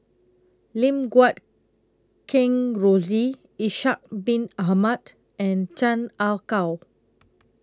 Lim Guat Kheng Rosie Ishak Bin Ahmad and Chan Ah Kow